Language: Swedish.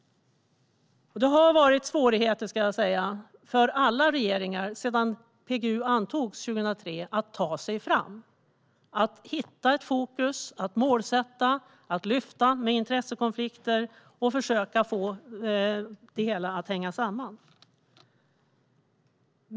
Sedan PGU antogs 2003 har alla regeringar haft svårigheter att ta sig fram, hitta fokus, sätta upp mål, lyfta upp intressekonflikter och försöka få det hela att hänga samman.